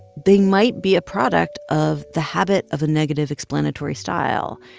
they might be a product of the habit of a negative explanatory style.